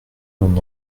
l’on